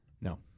No